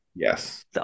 Yes